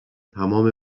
تمام